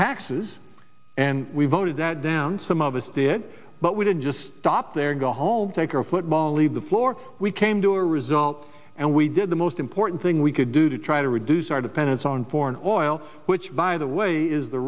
taxes and we voted that down some of us did but we didn't just stop there and go home take our football leave the floor we came to a result and we did the most important thing we could do to try to reduce our dependence on foreign oil which by the way is the